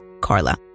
Carla